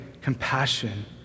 compassion